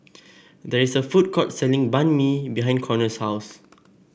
there is a food court selling Banh Mi behind Conner's house